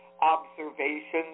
observations